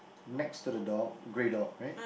next to the dog grey dog right